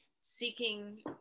seeking